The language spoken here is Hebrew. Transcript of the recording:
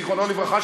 זיכרונו לברכה,